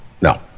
No